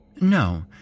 No